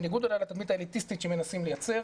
בניגוד אולי לתדמית האליטיסטית שמנסים לייצר,